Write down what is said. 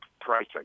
pricing